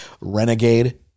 Renegade